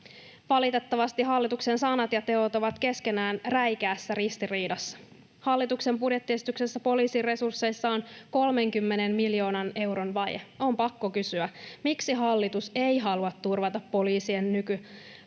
Valitettavasti hallituksen sanat ja teot ovat keskenään räikeässä ristiriidassa. Hallituksen budjettiesityksessä poliisin resursseiksi on 30 miljoonan euron vaje. On pakko kysyä: Miksi hallitus ei halua turvata poliisin nykyisiä